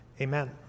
Amen